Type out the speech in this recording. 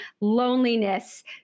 loneliness